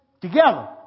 together